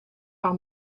par